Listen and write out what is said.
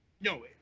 No